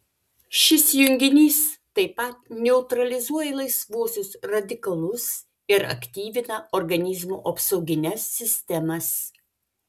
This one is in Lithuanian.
šis junginys taip pat neutralizuoja laisvuosius radikalus ir aktyvina organizmo apsaugines sistemas